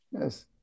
Yes